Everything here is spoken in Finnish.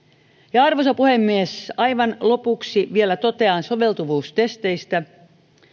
arvoisa puhemies aivan lopuksi vielä totean soveltuvuustesteistä